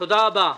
תודה רבה.